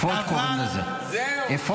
אפוד קוראים לזה היום.